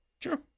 Sure